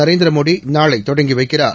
நரேந்திரமோடுநாளைதொடங்கிவைக்கிறார்